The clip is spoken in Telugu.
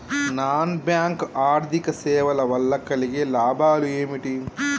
నాన్ బ్యాంక్ ఆర్థిక సేవల వల్ల కలిగే లాభాలు ఏమిటి?